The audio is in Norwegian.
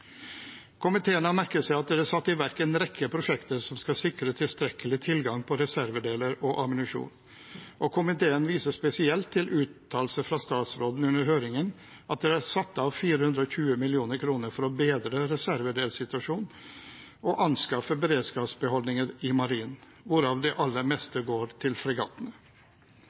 Komiteen har merket seg at det er satt i verk en rekke prosjekter som skal sikre tilstrekkelig tilgang på reservedeler og ammunisjon, og viser spesielt til en uttalelse fra statsråden under høringen om at det er satt av 420 mill. kr for å bedre reservedelssituasjonen og anskaffe beredskapsbeholdninger i Marinen, hvorav det aller meste går til fregattene.